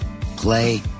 play